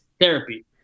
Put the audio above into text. therapy